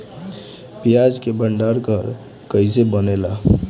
प्याज के भंडार घर कईसे बनेला?